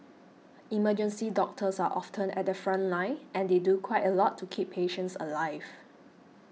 emergency doctors are often at the front line and they do quite a lot to keep patients alive